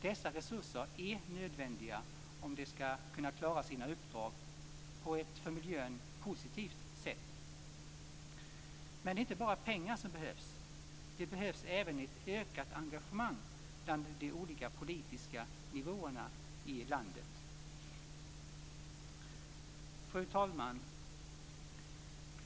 Dessa resurser är nödvändiga om länsstyrelserna skall kunna klara sina uppdrag på ett för miljön positivt sätt. Men det är inte bara pengar som behövs. Det behövs även ett ökat engagemang på de olika politiska nivåerna i landet. Fru talman!